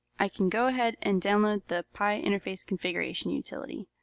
i can go ahead and download the pi interface configuration utility.